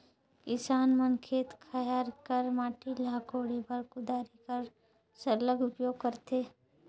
किसान मन खेत खाएर कर माटी ल कोड़े बर कुदारी कर सरलग उपियोग करथे